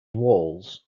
walls